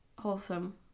wholesome